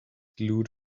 glued